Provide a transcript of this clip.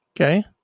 Okay